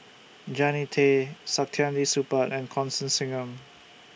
Jannie Tay Saktiandi Supaat and Constance Singam